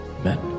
Amen